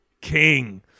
king